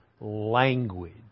language